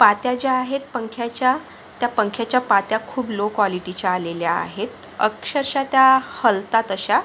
पात्या ज्या आहेत पंख्याच्या त्या पंख्याच्या पात्या खूप लो क्वालिटीच्या आलेल्या आहेत अक्षरश त्या हलतात अशा